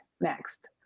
next